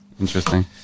Interesting